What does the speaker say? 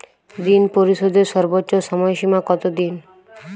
ঋণ পরিশোধের সর্বোচ্চ সময় সীমা কত দিন?